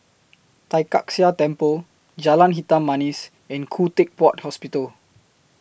Tai Kak Seah Temple Jalan Hitam Manis and Khoo Teck Puat Hospital